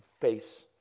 face